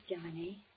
Johnny